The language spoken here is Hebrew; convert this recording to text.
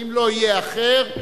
ואם לא יהיה אחר,